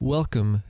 Welcome